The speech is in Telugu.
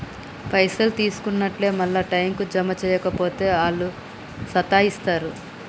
పైసలు తీసుకున్నట్లే మళ్ల టైంకు జమ జేయక పోతే ఆళ్లు సతాయిస్తరు